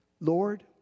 Lord